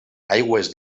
aigües